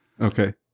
Okay